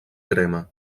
crema